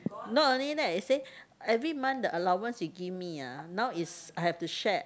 not only that he say every month the allowance you give me ah now is I have to share